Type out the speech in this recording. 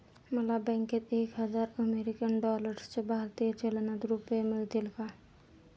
मला बँकेत एक हजार अमेरीकन डॉलर्सचे भारतीय चलनात रुपये मिळतील का?